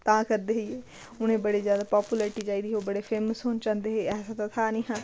तां करदे हे उनें बड़ी ज्यादा पापुलर्टी चाहिदी ही ओह् बड़े फेमस होना चांह्दे हे ऐसा ते था नेहां